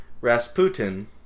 Rasputin